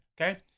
Okay